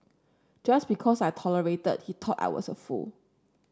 just because I tolerated he thought I was a fool